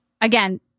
again